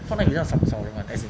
Fortnite 比较撒少人